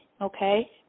okay